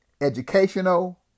educational